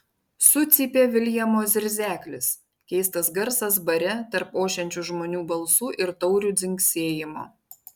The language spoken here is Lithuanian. sucypė viljamo zirzeklis keistas garsas bare tarp ošiančių žmonių balsų ir taurių dzingsėjimo